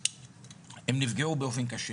הם נפגעו באופן קשה